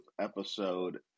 episode